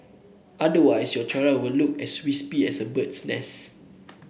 otherwise your tiara will look as wispy as a bird's nest